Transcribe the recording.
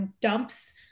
dumps